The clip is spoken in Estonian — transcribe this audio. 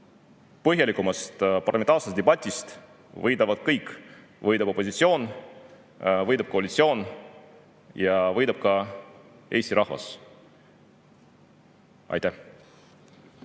põhjalikumast parlamentaarsest debatist võidavad kõik – võidab opositsioon, võidab koalitsioon ja võidab ka Eesti rahvas. Aitäh!